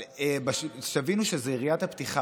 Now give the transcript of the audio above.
אבל שתבינו שזו יריית הפתיחה.